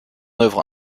œuvre